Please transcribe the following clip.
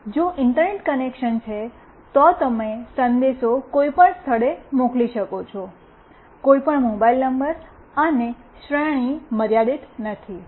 જો internet connection છે તો તમે સંદેશ કોઈપણ સ્થળે મોકલી શકો છો કોઈપણ મોબાઇલ નંબર અને શ્રેણી મર્યાદિત નથી